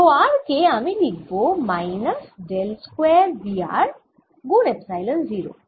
rho r কে আমি লিখব minus del square V r গুন এপসাইলন 0